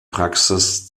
praxis